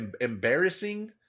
embarrassing